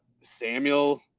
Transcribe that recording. Samuel